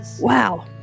Wow